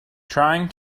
trying